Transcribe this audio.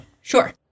Sure